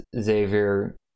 Xavier